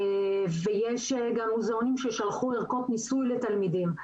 ויש גם מוזיאונים ששלחו ערכות ניסוי לתלמידים,